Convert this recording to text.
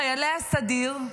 חיילי הסדיר,